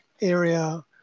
area